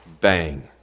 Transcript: Bang